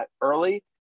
early